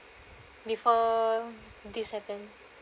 before this happened